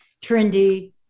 trendy